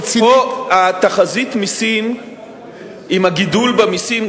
תחזית המסים עם הגידול במסים,